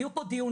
יהיו פה דיונים,